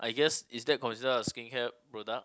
I guess is that considered a skincare product